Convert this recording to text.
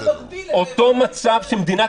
אתה מגביל את זה --- אותו מצב שמדינת